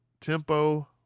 Tempo